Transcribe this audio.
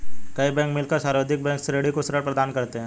कई बैंक मिलकर संवर्धित ऋणी को ऋण प्रदान करते हैं